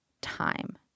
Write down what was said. time